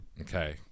okay